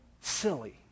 silly